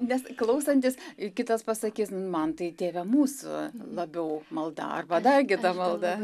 nes klausantis kitas pasakys man tai tėve mūsų labiau malda arba dar kita malda